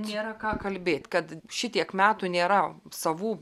nėra ką kalbėti kad šitiek metų nėra savų